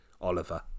Oliver